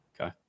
Okay